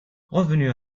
revenu